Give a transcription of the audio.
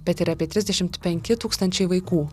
bet ir apie trisdešimt penki tūkstančiai vaikų